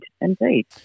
indeed